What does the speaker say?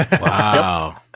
wow